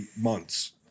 months